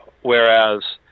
whereas